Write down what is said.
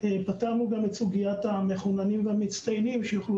פתרנו גם את סוגיית המחוננים והמצטיינים שיוכלו